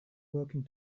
working